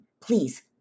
please